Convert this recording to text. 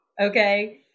okay